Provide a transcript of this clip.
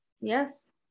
yes